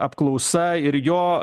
apklausa ir jo